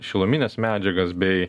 šilumines medžiagas bei